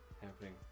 happening